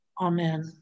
Amen